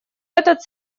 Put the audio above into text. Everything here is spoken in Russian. этот